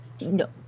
no